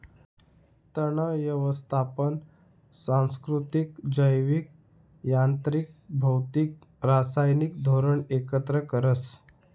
तण यवस्थापन सांस्कृतिक, जैविक, यांत्रिक, भौतिक, रासायनिक धोरण एकत्र करस